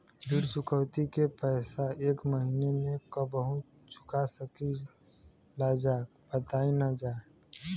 ऋण चुकौती के पैसा एक महिना मे कबहू चुका सकीला जा बताईन जा?